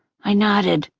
i nodded.